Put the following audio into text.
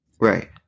Right